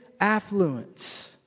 affluence